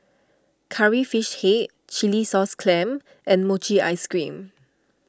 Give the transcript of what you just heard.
Curry Fish Head Chilli Sauce Clams and Mochi Ice Cream